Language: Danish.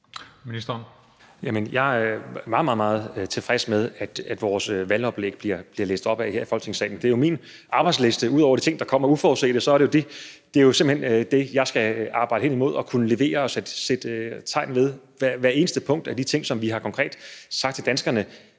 Jeg er meget, meget tilfreds med, at der bliver læst op af vores valgoplæg her i Folketingssalen. Det er jo min arbejdsliste. Ud over de ting, der kommer uforudset, er det jo simpelt hen det, jeg skal arbejde hen imod, og jeg skal kunne levere og sætte tegn ved hvert eneste punkt af de ting, som vi konkret har sagt til danskerne.